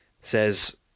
says